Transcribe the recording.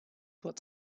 what